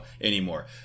anymore